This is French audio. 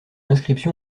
inscription